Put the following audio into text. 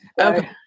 okay